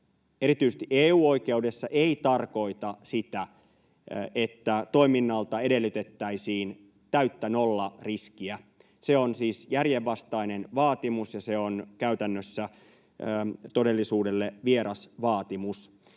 erityisesti EU-oikeudessa ei tarkoita sitä, että toiminnalta edellytettäisiin täyttä nollariskiä. Se on järjenvastainen vaatimus, ja se on käytännössä todellisuudelle vieras vaatimus.